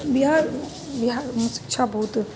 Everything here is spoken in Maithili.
बिहार बिहारमे शिक्षा बहुत